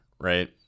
Right